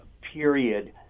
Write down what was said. period